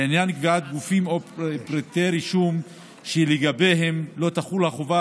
לעניין קביעת גופים או פרטי רישום שלגביהם לא תחול החובה